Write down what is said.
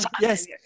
Yes